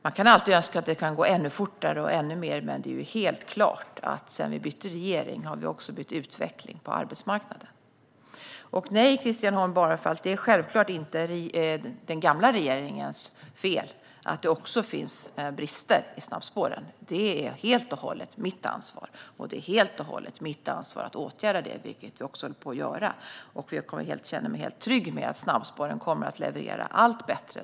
Man kan alltid önska att det kan gå ännu fortare och att det är ännu fler, men det står helt klart att sedan vi bytte regering har vi också fått en annan utveckling på arbetsmarknaden. Nej, Christian Holm Barenfeld, det är självklart inte den förra regeringens fel att det också finns brister i snabbspåren. Det är helt och hållet mitt ansvar, liksom det är mitt ansvar att åtgärda detta. Det håller vi nu på att göra. Jag känner mig helt trygg med att snabbspåren kommer att leverera allt bättre.